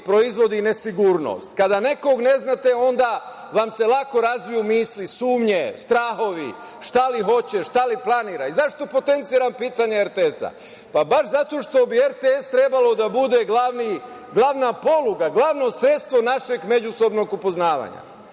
proizvodi nesigurnost. Kada nekog ne znate onda vam se lako razviju misli, sumnje, strahovi, šta li hoće, šta li planira.Zašto potenciram pitanje RTS-a? Zato što bi RTS trebalo da bude glavna poluga, glavno sredstvo našeg međusobnog upoznavanja,